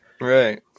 right